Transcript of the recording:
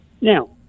Now